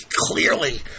clearly